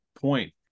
point